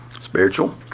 Spiritual